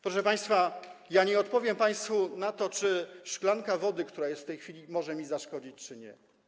Proszę państwa, nie odpowiem państwu na pytanie, czy szklanka wody, która tu stoi w tej chwili, może mi zaszkodzić, czy nie.